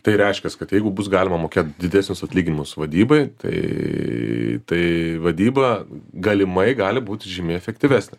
tai reiškias kad jeigu bus galima mokėt didesnius atlyginimus vadybai tai tai vadyba galimai gali būt žymiai efektyvesnė